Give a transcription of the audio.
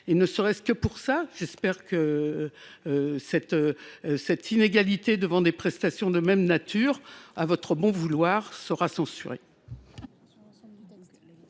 Ne serait ce que pour cette raison, j’espère que cette inégalité devant des prestations de même nature, selon votre bon vouloir, sera censurée.